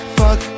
fuck